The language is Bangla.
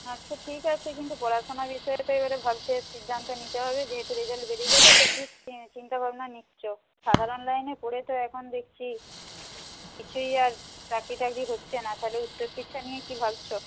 আচ্ছা ঠিক আছে কিন্তু পড়াশোনার বিষয়ে তো এবারে ভাবতে সিদ্ধান্ত নিতে হবে যেহেতু রেজাল্ট বেরিয়ে গেল তো কী চিন্তা ভাবনা নিচ্ছ সাধারণ লাইনে পড়ে তো এখন দেখছি কিছুই আর চাকরি টাকরি হচ্ছে না তাহলে উচ্চশিক্ষা নিয়ে কী ভাবছ